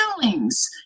feelings